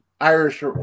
Irish